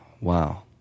wow